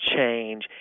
change